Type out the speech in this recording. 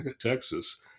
Texas